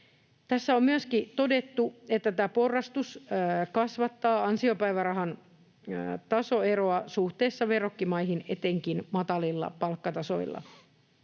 Tässä on myöskin todettu, että tämä porrastus kasvattaa ansiopäivärahan tasoeroa suhteessa verrokkimaihin etenkin matalilla palkkatasoilla.